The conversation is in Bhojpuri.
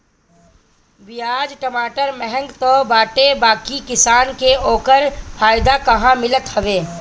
पियाज टमाटर महंग तअ बाटे बाकी किसानन के ओकर फायदा कहां मिलत हवे